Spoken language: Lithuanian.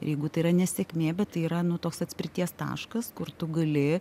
ir jeigu tai yra nesėkmė bet tai yra nu toks atspirties taškas kur tu gali